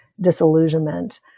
disillusionment